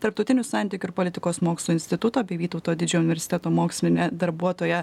tarptautinių santykių ir politikos mokslų instituto bei vytauto didžiojo universiteto moksline darbuotoja